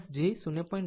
16 j 0